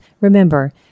Remember